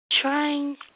Trying